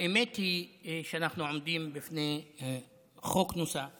האמת היא שאנחנו עומדים בפני חוק נוסף